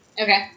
Okay